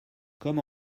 comme